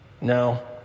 No